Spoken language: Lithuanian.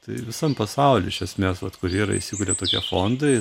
tai visam pasauly iš esmėskur yra įsikūrę tokie fondai